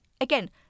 Again